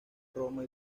roma